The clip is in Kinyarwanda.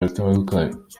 batandukanye